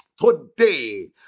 Today